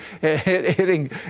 hitting